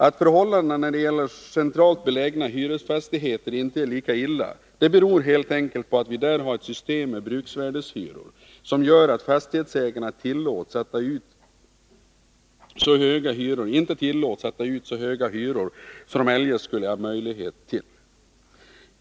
Att förhållandena när det gäller centralt belägna hyresfastigheter inte är lika dåliga beror helt enkelt på att vi där har ett system med bruksvärdeshyror, som gör att fastighetsägarna inte tillåts att ta ut så höga hyror som de eljest skulle ha möjlighet till.